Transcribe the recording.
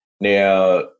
Now